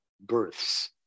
births